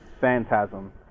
Phantasm